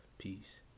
Peace